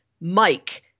Mike